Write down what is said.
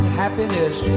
happiness